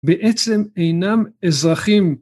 בעצם אינם אזרחים